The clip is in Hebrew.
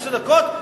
שתי דקות,